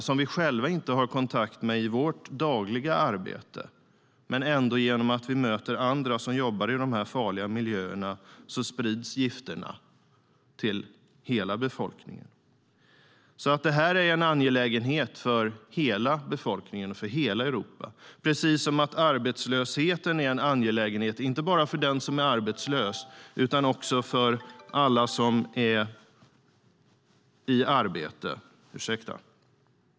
Men genom att vi möter andra som jobbar i dessa farliga miljöer sprids gifterna till hela befolkningen. Detta är en angelägenhet för hela befolkningen och hela Europa, precis som arbetslösheten är en angelägenhet inte bara för den som är arbetslös utan också för alla som är i arbete.